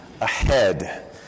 ahead